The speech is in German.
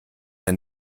ein